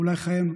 אולי חייהן,